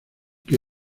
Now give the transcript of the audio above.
que